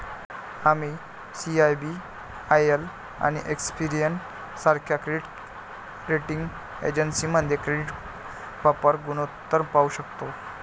आम्ही सी.आय.बी.आय.एल आणि एक्सपेरियन सारख्या क्रेडिट रेटिंग एजन्सीमध्ये क्रेडिट वापर गुणोत्तर पाहू शकतो